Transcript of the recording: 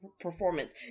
performance